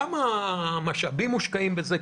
כמה משאבים מושקעים בזה?